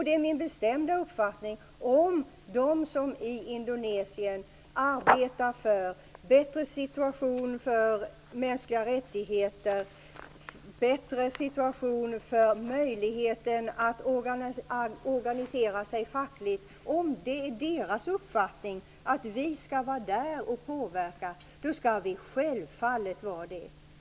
Det är min bestämda uppfattning att om de som är i Indonesien och arbetar för en bättre situation för mänskliga rättigheter, en bättre situation för möjligheten att organisera sig fackligt har åsikten att vi skall vara där och påverka, då skall vi självfallet vara det.